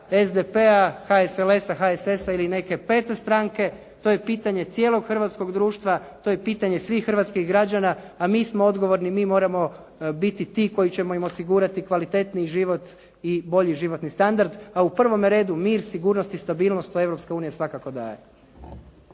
SDP-a, HSLS-a HSS-a ili neke pete stranke, to je pitanje cijelog hrvatskog društva, to je pitanje svih hrvatskih građana, a mi smo odgovorni, mi moramo biti ti koji ćemo im osigurati kvalitetniji život i bolji život standard, a u prvom redu mir, sigurnost i stabilnost što Europska unija svakako daje.